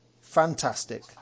Fantastic